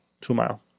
Two-mile